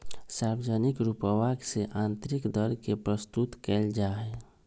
सार्वजनिक रूपवा से आन्तरिक दर के प्रस्तुत कइल जाहई